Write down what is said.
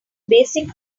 basic